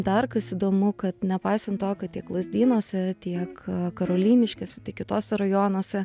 dar kas įdomu kad nepaisant to kad tiek lazdynuose tiek karoliniškėse tiek kituose rajonuose